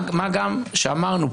מה גם שאמרנו,